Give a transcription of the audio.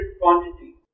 quantity